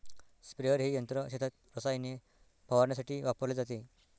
sprayer हे यंत्र शेतात रसायने फवारण्यासाठी वापरले जाते